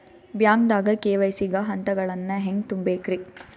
ಬ್ಯಾಂಕ್ದಾಗ ಕೆ.ವೈ.ಸಿ ಗ ಹಂತಗಳನ್ನ ಹೆಂಗ್ ತುಂಬೇಕ್ರಿ?